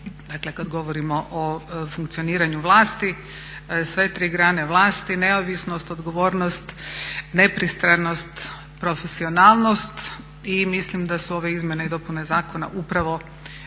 dakle kada govorimo o funkcioniranju vlasti sve tri grane vlasti neovisnost, odgovornost, nepristranost, profesionalnost i mislim da su ove izmjene i dopune zakona upravo